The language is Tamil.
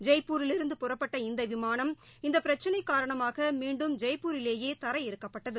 ஜெய்ப்பூரிலிருந்து புறப்பட்ட இந்த விமானம் இந்த பிரச்சினை காரணமாக மீண்டும் ஜெய்ப்பூரிலேயே தரையிறக்கப்பட்டது